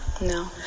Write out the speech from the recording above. no